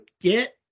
get